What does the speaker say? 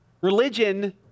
Religion